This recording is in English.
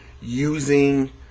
using